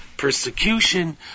persecution